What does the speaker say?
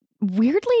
weirdly